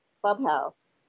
clubhouse